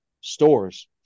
stores